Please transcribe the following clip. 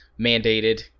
mandated